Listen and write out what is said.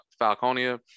Falconia